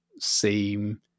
seem